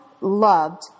loved